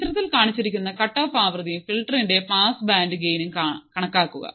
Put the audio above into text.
ചിത്രത്തിൽ കാണിച്ചിരിക്കുന്ന ഫിൽട്ടറിന്റെ കട്ട്ഓഫ് ആവൃത്തിയും പാസ് ബാൻഡ് ഗെയ്നും കണക്കാക്കുക